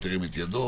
מי נמנע?